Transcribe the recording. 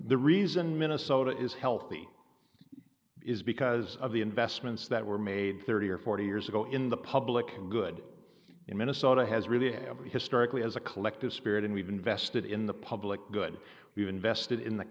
the reason minnesota is healthy is because of the investments that were made thirty or forty years ago in the public good in minnesota has really historically as a collective spirit and we've invested in the public good we've invested in the